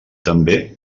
també